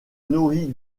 nourrit